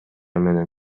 менен